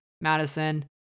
Madison